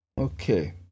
Okay